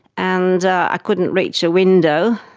and i couldn't reach a window,